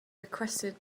requested